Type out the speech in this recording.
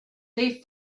they